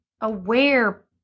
aware